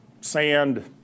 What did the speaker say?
sand